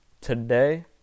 today